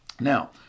Now